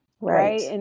right